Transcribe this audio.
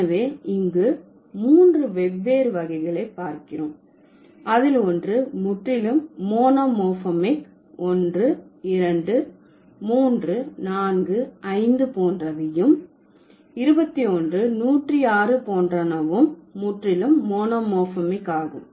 எனவே இங்கு மூன்று வெவ்வேறு வகைகளை பார்க்கிறோம் அதில் ஒன்று முற்றிலும் மோனோமோர்பமிக் ஒன்று இரண்டு மூன்று நான்கு ஐந்து போன்றவையும் இருபத்திஒன்று நூற்றிஆறு போன்றனவும் முற்றிலும் மோனோமோர்பமிக் ஆகும்